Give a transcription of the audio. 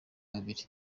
babiri